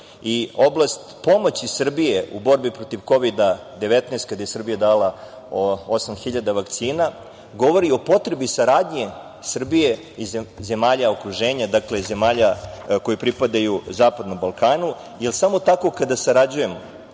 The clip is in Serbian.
oblast pomoći Srbije u borbi protiv Kovida 19 kada je Srbija dala osam hiljada vakcina govori o potrebi saradnje Srbije i zemalja okruženja, zemalja koje pripadaju Zapadnom Balkanu, jer samo kada sarađujemo